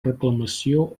reclamació